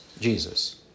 Jesus